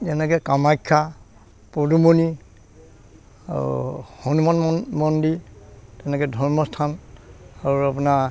যেনেকৈ কামাখ্যা পদুমণি আৰু হনুমান মন মন্দিৰ তেনেকৈ ধৰ্মস্থান আৰু আপোনাৰ